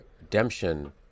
redemption